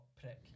prick